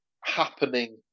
happening